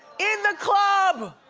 in the club!